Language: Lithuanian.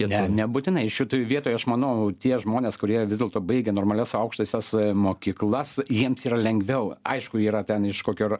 ne nebūtinai šitoj vietoj aš manau tie žmonės kurie vis dėlto baigia normalias aukštąsias mokyklas jiems yra lengviau aišku yra ten iš kokio